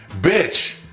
Bitch